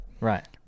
right